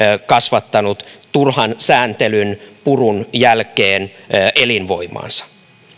kasvattanut turhan sääntelyn purun jälkeen elinvoimaansa